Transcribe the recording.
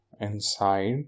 Inside